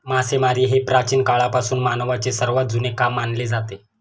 मासेमारी हे प्राचीन काळापासून मानवाचे सर्वात जुने काम मानले जाते